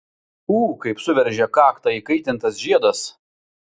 ū kaip suveržė kaktą įkaitintas žiedas